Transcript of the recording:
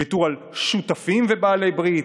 ויתור על שותפים ובעלי ברית,